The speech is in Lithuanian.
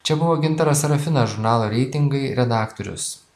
čia buvo gintaras sarafinas žurnalo reitingai redaktorius